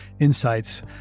insights